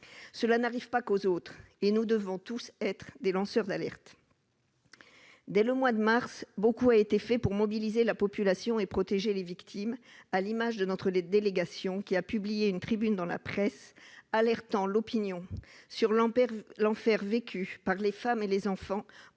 Cela n'arrive pas qu'aux autres, et nous devons tous être des lanceurs d'alerte ! Dès le mois de mars, beaucoup a été fait pour mobiliser la population et protéger les victimes, à l'image de notre délégation qui a publié une tribune dans la presse alertant l'opinion sur l'enfer vécu par les femmes et les enfants enfermés